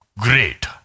great